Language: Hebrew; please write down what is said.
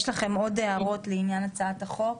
יש לכם עוד הערות לעניין הצעת החוק?